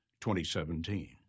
2017